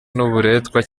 n’uburetwa